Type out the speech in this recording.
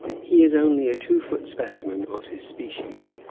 he is only a two-foot specimen of his species,